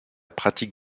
pratique